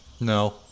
No